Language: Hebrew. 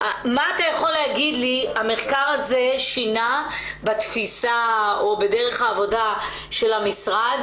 מה אתה יכול להגיד לי המחקר הזה שינה בתפיסה או בדרך העבודה של המשרד?